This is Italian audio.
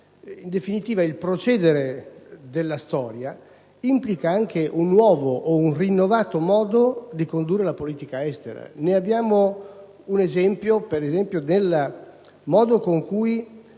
il procedere della storia implichino anche un nuovo o rinnovato modo di condurre la politica estera.